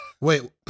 Wait